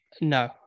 no